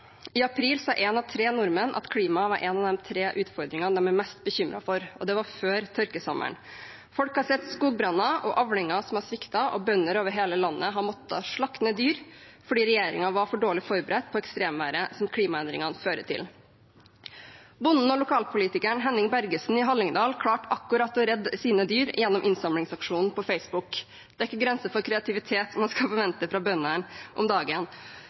I april sa én av tre nordmenn at klima var en av de tre utfordringene de er mest bekymret for – det var før tørkesommeren. Folk har sett skogbranner og avlinger som har sviktet. Bønder over hele landet har måttet slakte ned dyr fordi regjeringen var for dårlig forberedt på ekstremværet som klimaendringene fører til. Bonden og lokalpolitikeren Henning Bergersen i Hallingdal klarte akkurat å redde sine dyr gjennom innsamlingsaksjonen på Facebook Det er ikke grenser for kreativitet man skal forvente fra bøndene om dagen.